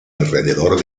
alrededor